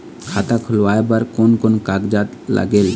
खाता खुलवाय बर कोन कोन कागजात लागेल?